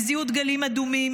הם זיהו דגלים אדומים,